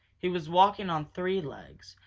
he was walking on three legs,